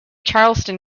charleston